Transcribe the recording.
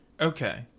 Okay